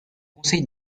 conseil